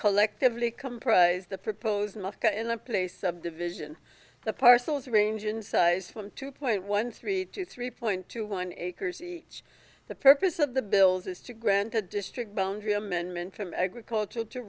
collectively comprise the proposed mosque in a place subdivision the parcels range in size from two point one three to three point two one acres each the purpose of the bills is to grant a district boundary amendment from agricultural to